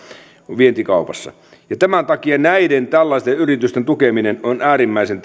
vientikaupassa tämän takia tällaisten yritysten tukeminen on äärimmäisen